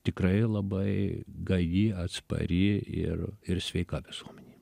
tikrai labai gaji atspari ir ir sveika visuomenė